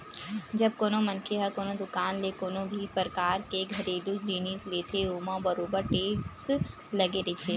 जब कोनो मनखे ह कोनो दुकान ले कोनो भी परकार के घरेलू जिनिस लेथे ओमा बरोबर टेक्स लगे रहिथे